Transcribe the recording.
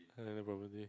another probability